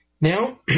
Now